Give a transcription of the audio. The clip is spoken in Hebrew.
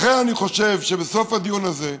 לכן, אני חושב שבסוף הדיון הזה,